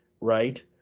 Right